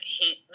hate